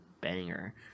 banger